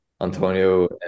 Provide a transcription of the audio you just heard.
Antonio